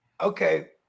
Okay